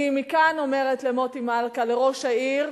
מכאן אני אומרת למוטי מלכה ראש העיר: